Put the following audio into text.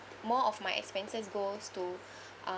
more of my expenses goes to uh